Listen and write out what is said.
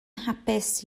hapus